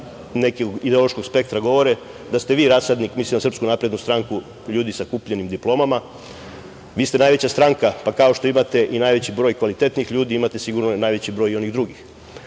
nekog ideološkog spektra govore da ste vi rasadnik, mislim na Srpsku naprednu stranku, ljudi sa kupljenim diplomama, vi ste najveća stranka, pa kao što imate i najveći broj kvalitetnih ljudi, imate sigurno najveći broj i onih drugih. To